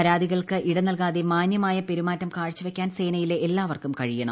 പരാതികൾക്ക് ഇടനൽകാതെ മാന്യമായ പെരുമാറ്റം കാഴ്ചവയ്ക്കാൻ സേനയിലെ എല്ലാവർക്കും കഴിയണം